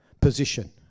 position